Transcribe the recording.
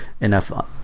enough